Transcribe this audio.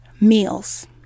Meals